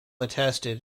attested